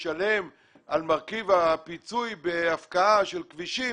ישלם על מרכיב הפיצוי בהפקעה של כבישים